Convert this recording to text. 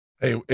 Hey